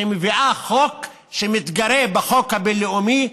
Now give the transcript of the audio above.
שמביאה חוק שמתגרה בחוק הבין-לאומי,